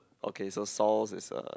okay so sows is a